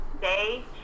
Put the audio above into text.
day